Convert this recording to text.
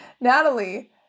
natalie